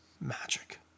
magic